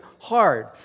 hard